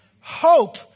Hope